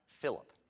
Philip